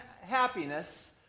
happiness